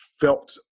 felt